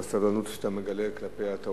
תודה רבה לך על הסבלנות שאתה מגלה כלפי הטעויות,